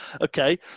Okay